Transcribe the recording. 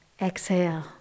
Exhale